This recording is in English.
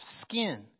skin